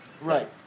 Right